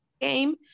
game